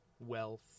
wealth